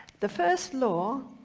the first law